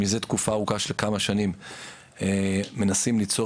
מזה תקופה ארוכה של כמה שנים מנסים ליצור